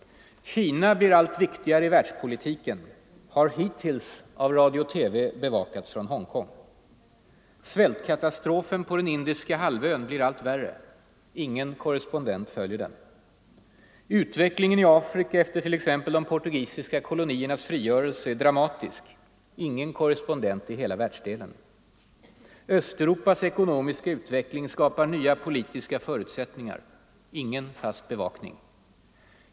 Kina blir allt viktigare i världspolitiken — har hittills av radio-TV bevakats från Hongkong. Svältkatastrofen på Indiska halvön blir allt värre — ingen korrespondent följer den. Utvecklingen i Afrika efter t.ex. de portugisiska koloniernas frigörelse är dramatisk — ingen korrespondent i hela världsdelen. Östeuropas ekonomiska utveckling skapar nya politiska förutsättningar — ingen fast bevakning.